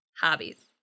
Hobbies